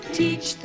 teach